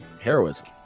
heroism